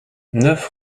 neuf